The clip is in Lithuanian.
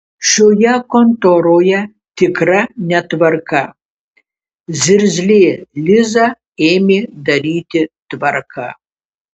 šioje kontoroje tikra netvarka zirzlė liza ėmė daryti tvarką